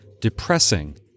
depressing